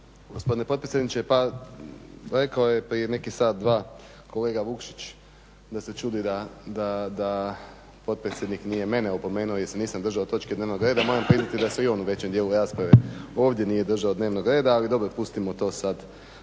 gospodine potpredsjedniče. Pa rekao je prije nekih sat-dva kolega Vukšić da se čudi da potpredsjednik nije mene opomenuo jer se nisam držao točke dnevnog reda. Moram priznati da se i on u većem dijelu rasprave ovdje nije držao dnevnog reda, ali dobro pustio to sad